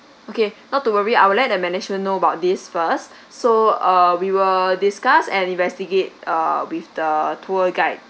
okay not to worry I would let management know about this first so uh we will discuss and investigate uh with the tour guide